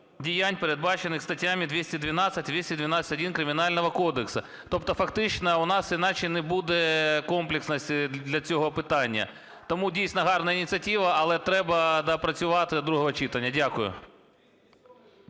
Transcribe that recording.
діянь, передбачених статтями 212, 212-1 Кримінального кодексу. Тобто фактично у нас інакше не буде комплексності для цього питання. Тому дійсно гарна ініціатива, але треба доопрацювати до другого читання. Дякую.